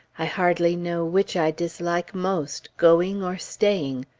i hardly know which i dislike most, going or staying.